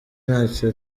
ntacyo